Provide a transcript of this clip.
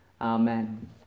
Amen